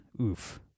Oof